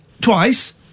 twice